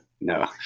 No